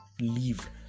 leave